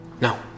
No